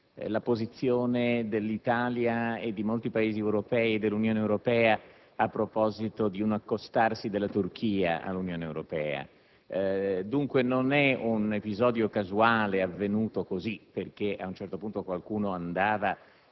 la posizione dell’Italia e di molti Paesi europei a proposito di un accostarsi della Turchia all’Unione Europea. Dunque, non eun episodio casuale avvenuto perche´ ad un certo punto a qualcuno andava